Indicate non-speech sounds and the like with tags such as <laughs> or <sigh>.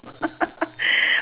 <laughs>